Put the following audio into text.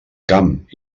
camp